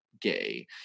gay